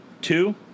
two